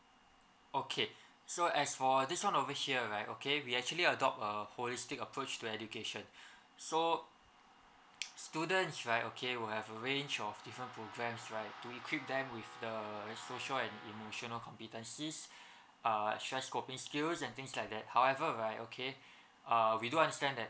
okay so as for this one over here right okay we actually adopt a holistic approach to education so students right okay will have a range of different programs right to equip them with the like social and emotional competencies err stress coping skills and things like that however right okay err we do understand that